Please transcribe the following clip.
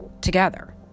together